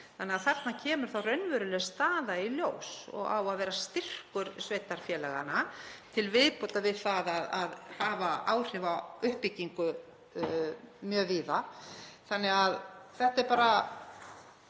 Þannig að þarna kemur þá raunveruleg staða í ljós og á að vera styrkur sveitarfélaganna til viðbótar við það að hafa áhrif á uppbyggingu mjög víða. Þetta er bara